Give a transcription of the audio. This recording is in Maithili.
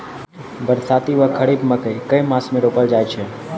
बरसाती वा खरीफ मकई केँ मास मे रोपल जाय छैय?